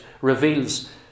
reveals